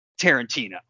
Tarantino